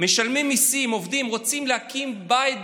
משלמים מיסים, עובדים, רוצים להקים בית בישראל,